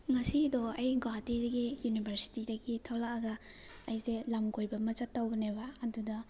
ꯉꯁꯤꯗꯣ ꯑꯩ ꯒꯧꯍꯥꯇꯤꯗꯒꯤ ꯌꯨꯅꯤꯚꯔꯁꯤꯇꯤꯗꯒꯤ ꯊꯣꯛꯂꯛꯑꯒ ꯑꯩꯁꯦ ꯂꯝ ꯀꯣꯏꯕ ꯑꯃ ꯆꯠꯇꯧꯕꯅꯦꯕ ꯑꯗꯨꯗ